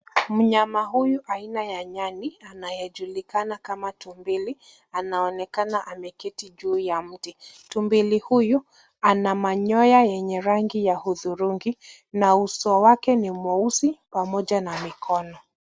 Mnyama huyu aina ya nyani anayejulikana kama tumbili anaonekana ameketi juu ya mti. Tumbili huyu ana manyoya yenye rangi ya hudhurungi na uso wake ni mweusi pamoja na mikono.